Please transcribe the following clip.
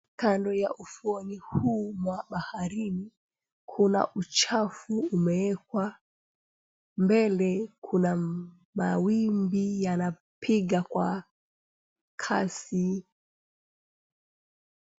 Kando ya ufuoni huu mwa baharini kuna uchafu umeekwa. Mbele kuna mawimbi yanapiga kwa kasi.